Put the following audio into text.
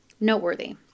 Noteworthy